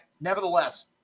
nevertheless